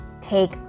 take